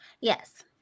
Yes